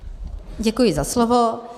Děkuji za slovo.